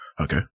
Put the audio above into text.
Okay